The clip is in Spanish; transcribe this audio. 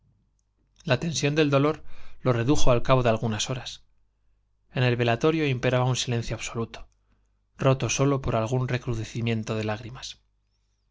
la tensión del dolor lo redujo al cabo de algunas horas en el velatorio imperaba un silencio absoluto roto sólo por algún recrudecimiento de lágrimas